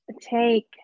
take